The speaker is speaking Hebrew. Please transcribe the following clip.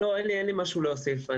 אין לי משהו להוסיף.